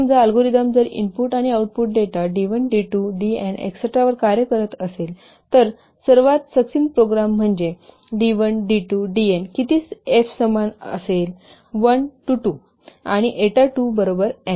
समजा अल्गोरिदम जर इनपुट आणि output data D 1 D 2 DN एस्टेरा वर कार्य करत असेल तर सर्वात साक्षिनेट प्रोग्राम म्हणजे डी 1 डी 2 डीएन किती एफ समान असेल 1 ते 2 आणि एटा 2 बरोबर एन